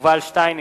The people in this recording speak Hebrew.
יובל שטייניץ,